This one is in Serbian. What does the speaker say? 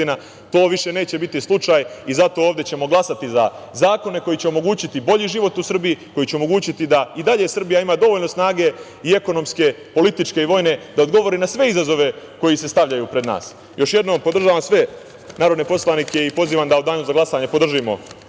To više neće biti slučaj i zato ćemo ovde glasati za zakone koji će omogućiti bolji život u Srbiji, koji će omogućiti da i dalje Srbija ima dovoljno snage i ekonomske, političke i vojne da odgovori na sve izazove koji se stavljaju pred nas. Još jednom podržavam sve narodne poslanike i pozivam da u danu za glasanje podržimo